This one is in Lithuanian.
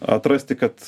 atrasti kad